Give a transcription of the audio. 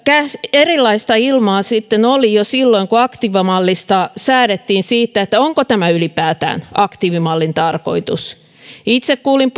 erilaista ilmaa oli jo silloin kun aktiivimallista säädettiin siitä onko tämä ylipäätään aktiivimallin tarkoitus itse kuulin